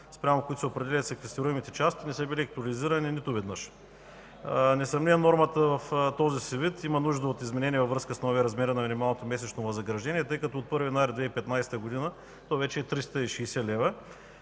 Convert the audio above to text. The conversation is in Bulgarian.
спрямо които се определят секвестируемите части, не са били актуализирани нито веднъж. Несъмнено нормата в този си вид има нужда от изменение във връзка с новия размер на минималното месечно възнаграждение, тъй като от 1 януари 2015 г. то вече е 360 лв.